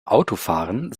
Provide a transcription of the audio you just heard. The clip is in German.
autofahren